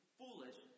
foolish